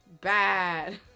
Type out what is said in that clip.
bad